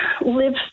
live